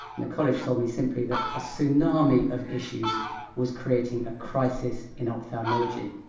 and the college told me simply that a tsunami of issues was creating a crisis in ophthalmology.